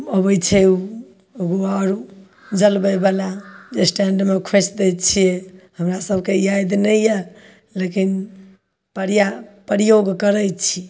अबै छै ओ बारू जलबै बला जे इस्टैण्डमे ओ खोइँस दै छियै हमरा सबके याद नहि यऽ लेकिन प्रयोग करै छी